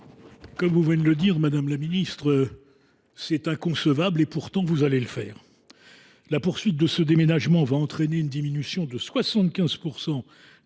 Comme vous venez de l’indiquer, madame la ministre, c’est inconcevable et pourtant, vous allez le faire… La poursuite de ce déménagement va entraîner la diminution de 75